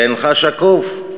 ואינך שקוף.